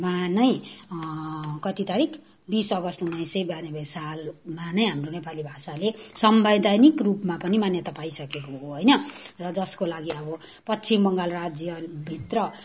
मा नै कति तारिक बिस अगस्त उन्नाइस सय ब्यानब्बे सालमा नै हाम्रो नेपाली भाषाले संवैधानिक रूपमा पनि मान्यता पाइसकेको हो होइन र जसको लागि अब पश्चिम बङ्गाल राज्यभित्र